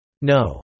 No